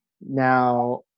Now